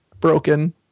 broken